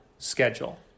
Schedule